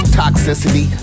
toxicity